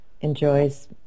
enjoys